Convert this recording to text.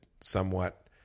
somewhat